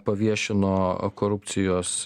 paviešino korupcijos